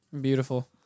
Beautiful